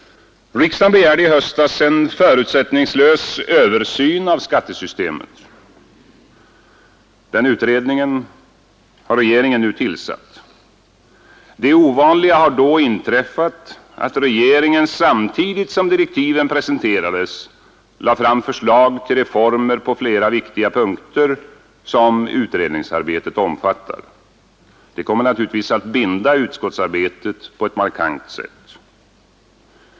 Riksdagen begärde i höstas en förutsättningslös översyn av skattesystemet. Den utredningen har regeringen nu tillsatt. Det ovanliga har då inträffat att regeringen samtidigt som direktiven presenterades lade fram förslag till reformer på flera viktiga punkter som utredningsarbetet omfattar. Det kommer naturligtvis att binda utredningsarbetet på ett markant sätt.